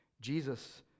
jesus